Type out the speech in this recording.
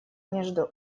между